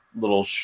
little